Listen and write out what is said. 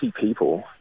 people